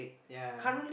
ya